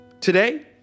Today